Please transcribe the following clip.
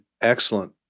excellent